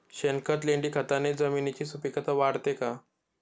शेणखत, लेंडीखताने जमिनीची सुपिकता वाढते का?